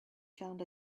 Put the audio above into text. found